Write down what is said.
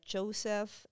Joseph